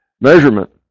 measurement